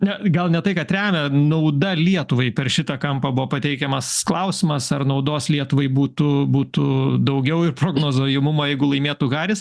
ne gal ne tai kad remia nauda lietuvai per šitą kampą buvo pateikiamas klausimas ar naudos lietuvai būtų būtų daugiau ir prognozuojamumo jeigu laimėtų haris